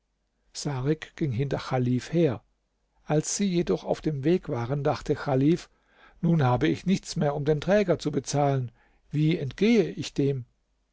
sarik ging hinter chalif her als sie jedoch auf dem weg waren dachte chalif nun habe ich nichts mehr um den träger zu bezahlen wie entgehe ich dem